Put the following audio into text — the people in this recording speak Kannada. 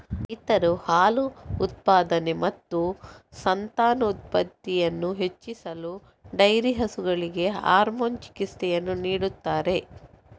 ರೈತರು ಹಾಲು ಉತ್ಪಾದನೆ ಮತ್ತು ಸಂತಾನೋತ್ಪತ್ತಿಯನ್ನು ಹೆಚ್ಚಿಸಲು ಡೈರಿ ಹಸುಗಳಿಗೆ ಹಾರ್ಮೋನ್ ಚಿಕಿತ್ಸೆಯನ್ನು ನೀಡುತ್ತಾರೆ